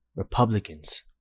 Republicans